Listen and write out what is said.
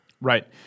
Right